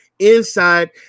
Inside